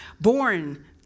born